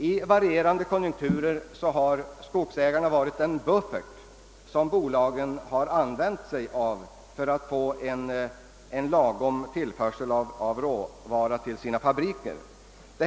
I varierande konjunkturer har köpen från skogsägarna varit en buffert som bolagen har använt för att få lagom stor tillförsel av råvara till sina fabriker.